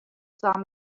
saw